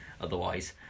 Otherwise